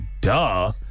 Duh